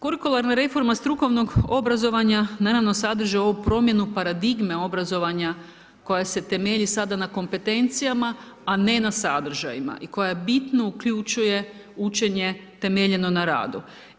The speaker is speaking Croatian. Kurikularna reforma strukovnog obrazovanja, naravno sadrži ovu promjenu paradigme obrazovanja koja se temelji sada na kompetencijama a ne na sadržajima i koja bitno uključuje učenje temeljeno na radu.